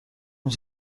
اون